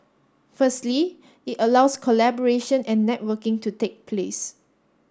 firstly it allows collaboration and networking to take place